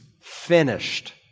finished